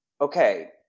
okay